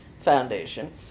foundation